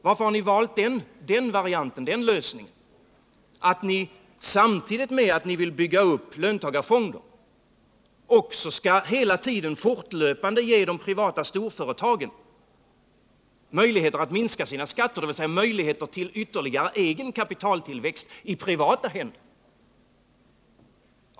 Varför har ni valt den varianten, den lösningen, att ni samtidigt med att ni vill bygga upp löntagarfonder också hela tiden skall fortlöpande ge de privata storföretagen möjligheter att minska sina skatter, dvs. möjligheter till ytterligare egen kapitaltillväxt i privata händer?